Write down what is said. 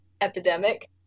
epidemic